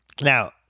Now